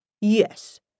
Yes